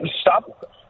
stop